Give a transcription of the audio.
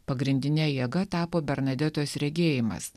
pagrindine jėga tapo bernadetos regėjimas